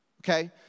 okay